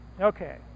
okay